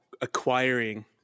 acquiring